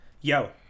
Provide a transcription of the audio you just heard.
yo